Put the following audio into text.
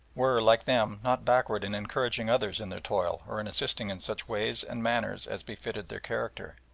were like them, not backward in encouraging others in their toil or in assisting in such ways and manners as befitted their character.